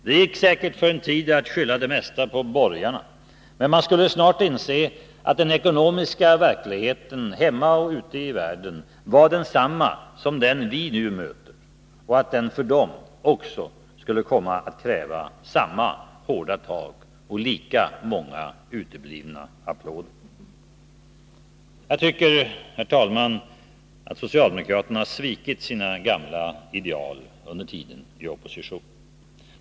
Det gick säkert för en tid att skylla det mesta på ”borgarna”, men man skulle snart inse att den ekonomiska verkligheten, hemma och ute i världen, var densamma som den vi nu möter och att den för dem också skulle komma att kräva samma hårda tag och lika många uteblivna applåder. Jag tycker, herr talman, att socialdemokraterna har svikit sina gamla ideal under tiden i opposition.